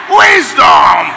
wisdom